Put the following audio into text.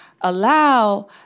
allow